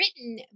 written